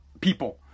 people